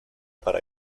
para